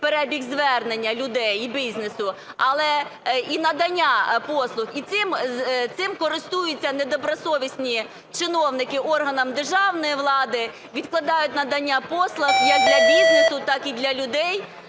перебіг звернення людей і бізнесу, але і надання послуг. І цим користуються недобросовісні чиновники органів державної влади, відкладають надання послуг як для бізнесу, так і для людей.